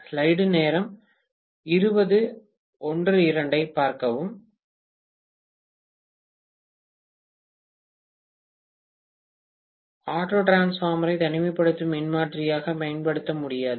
பேராசிரியர் ஆட்டோ டிரான்ஸ்பார்மரை தனிமைப்படுத்தும் மின்மாற்றியாக பயன்படுத்த முடியாது